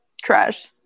trash